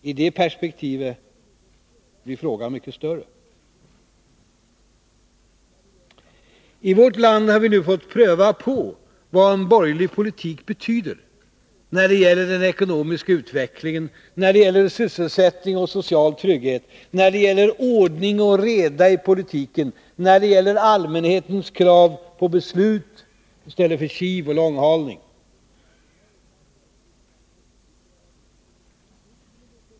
I det perspektivet blir frågan mycket större. I vårt land har vi nu fått pröva på vad en borgerlig politik betyder när det gäller den ekonomiska utvecklingen, när det gäller sysselsättning och social trygghet, när det gäller ordning och reda i politiken, när det gäller allmänhetens krav på beslut i stället för kiv och långhalning.